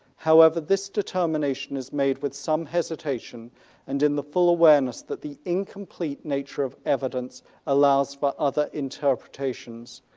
however this determination is made with some hesitation and in the full awareness that the incomplete nature of evidence allows for other interpretations.